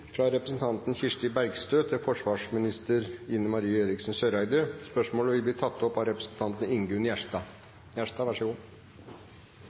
fra representanten Kirsti Bergstø til forsvarsministeren, vil bli tatt opp av representanten Ingunn